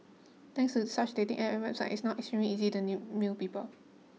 thanks to such dating App and websites it's now extremely easy to new new people